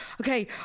okay